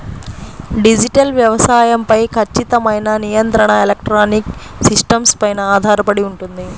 digital వ్యవసాయం పై ఖచ్చితమైన నియంత్రణ ఎలక్ట్రానిక్ సిస్టమ్స్ పైన ఆధారపడి ఉంటుంది